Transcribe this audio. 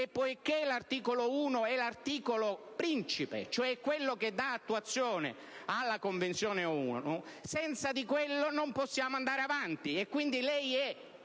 poiché l'articolo 1 è l'articolo principe, quello cioè che dà attuazione alla Convenzione ONU, senza di quello non possiamo andare avanti. Lei